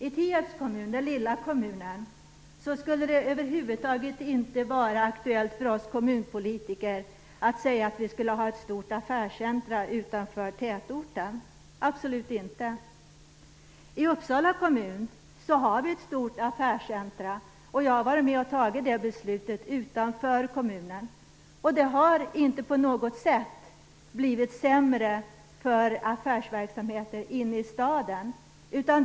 I Tierps kommun, den lilla kommunen, skulle det över huvud taget inte vara aktuellt för oss kommunpolitiker att säga att vi skulle ha ett stort affärscentrum utanför tätorten, absolut inte. I Uppsala kommun har vi ett stort affärscentrum utanför staden, och jag har varit med och fattat det beslutet. Det har inte på något sätt blivit sämre för affärsverksamheter inne i staden.